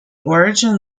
origin